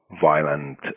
violent